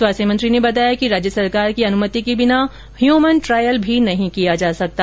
स्वास्थ्य मंत्री ने बताया कि राज्य सरकार की अनुमति के बिना ह्यमन ट्रायल भी नहीं किया जा सकता